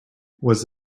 was